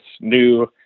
new